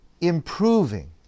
improving